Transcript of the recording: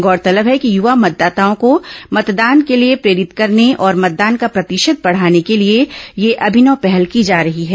गौरतलब है कि युवा मतदाताओं को मतदान के लिए प्रेरित करने और मतदान का प्रतिशत बढ़ाने के लिए यह अभिनव पहल की जा रही है